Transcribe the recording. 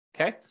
okay